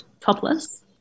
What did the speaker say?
topless